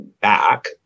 back